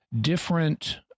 different